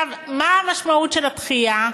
מה המשמעות של הדחייה?